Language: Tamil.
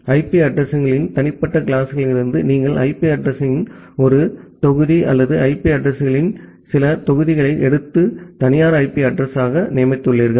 எனவே ஐபி அட்ரஸிங் களின் தனிப்பட்ட கிளாஸ்களிலிருந்து நீங்கள் ஐபி அட்ரஸிங் யின் ஒரு தொகுதி அல்லது ஐபி அட்ரஸிங் களின் சில தொகுதிகளை எடுத்து தனியார் ஐபி அட்ரஸிங் யாக நியமித்துள்ளீர்கள்